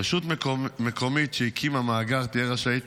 רשות מקומית שהקימה מאגר, תהיה רשאית